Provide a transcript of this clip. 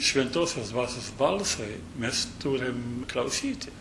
šventosios dvasios balsui mes turime klausyti